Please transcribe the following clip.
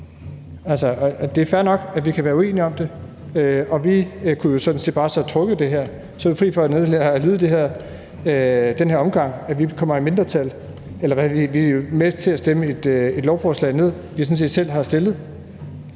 Det er fair nok, at vi kan være uenige om det, og vi kunne jo sådan set bare have trukket det her. Så var vi fri for den her omgang, hvor vi kommer i mindretal – vi er jo med til at stemme et lovforslag ned, vi sådan set